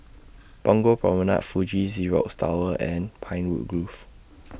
Punggol Promenade Fuji Xerox Tower and Pinewood Grove